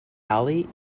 alley